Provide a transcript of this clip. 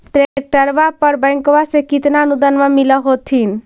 ट्रैक्टरबा पर बैंकबा से कितना अनुदन्मा मिल होत्थिन?